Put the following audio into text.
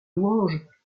louanges